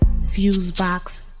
Fusebox